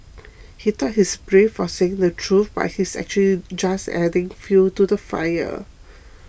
he thought he's brave for saying the truth but he's actually just adding fuel to the fire